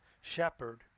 shepherd